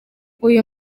uyu